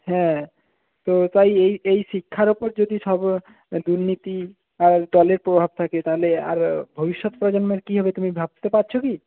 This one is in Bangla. হ্যাঁ তো তাই এই এই শিক্ষার ওপর যদি সব দুর্নীতি আর দলের প্রভাব থাকে তাহলে আরও ভবিষ্যৎ প্রজন্মের কি হবে তুমি ভাবতে পারছো কী